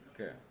Okay